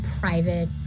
private